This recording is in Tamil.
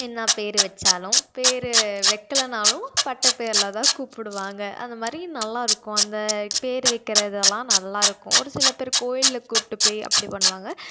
என்ன பேர் வச்சாலும் பேர் வக்கிலனாலும் பட்ட பேரில்தான் கூப்பிடுவாங்க அந்தமாதிரி நல்லா இருக்கும் அந்த பேர் வக்கிறதெல்லாம் நல்லா இருக்கும் ஒரு சில பேர் கோயிலில் கூட்டி போய் அப்படி பண்ணுவாங்க